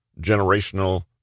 generational